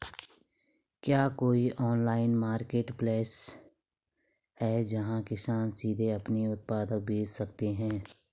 क्या कोई online marketplace है, जहां किसान सीधे अपने उत्पाद बेच सकते हैं?